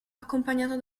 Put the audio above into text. accompagnato